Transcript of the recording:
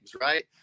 right